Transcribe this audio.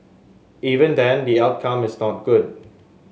even then the outcome is not good